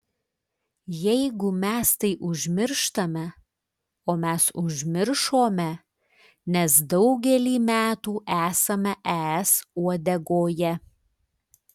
jeigu mes tai užmirštame o mes užmiršome nes daugelį metų esame es uodegoje